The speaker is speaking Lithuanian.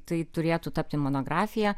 tai turėtų tapti monografija